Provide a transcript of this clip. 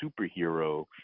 superhero